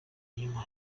nyuma